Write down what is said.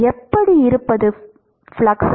எப்படி இருந்தது ஃப்ளக்ஸ்